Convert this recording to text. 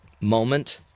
moment